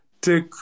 take